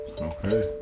Okay